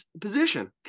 position